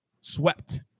swept